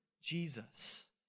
Jesus